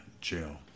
jail